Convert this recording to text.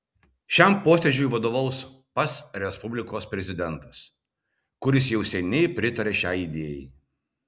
šiam posėdžiui vadovaus pats respublikos prezidentas kuris jau seniai pritaria šiai idėjai